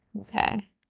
okay